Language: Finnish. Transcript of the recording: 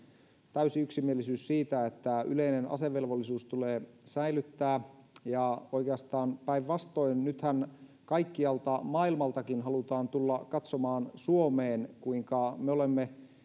täysi yksimielisyys siitä että yleinen asevelvollisuus tulee säilyttää ja oikeastaan päinvastoin nythän kaikkialta maailmaltakin halutaan tulla katsomaan suomeen kuinka me olemme